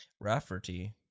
rafferty